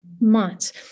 months